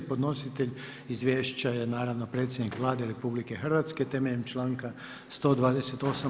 Podnositelj izvješća je naravno Predsjednik Vlade RH, temeljem članka 128.